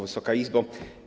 Wysoka Izbo!